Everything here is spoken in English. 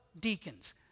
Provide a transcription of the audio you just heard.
Deacons